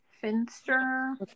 Finster